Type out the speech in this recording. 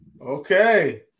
Okay